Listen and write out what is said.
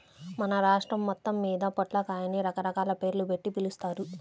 మన రాష్ట్రం మొత్తమ్మీద పొట్లకాయని రకరకాల పేర్లుబెట్టి పిలుస్తారు